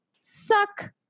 suck